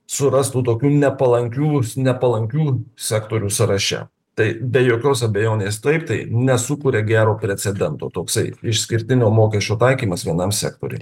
surastų tokių nepalankių nepalankių sektorių sąraše tai be jokios abejonės taip tai nesukuria gero precedento toksai išskirtinio mokesčio taikymas vienam sektoriui